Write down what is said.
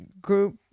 group